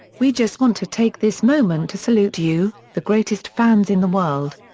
we just want to take this moment to salute you, the greatest fans in the world.